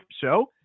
show